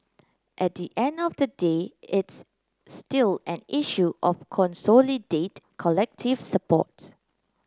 at the end of the day it's still an issue of consolidate collective supports